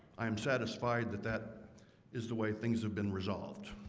i am satisfied that that is the way things have been resolved